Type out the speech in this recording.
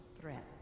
threat